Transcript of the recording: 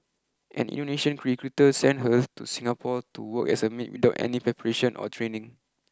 an Indonesian cricruiter sent her to Singapore to work as a maid without any preparation or training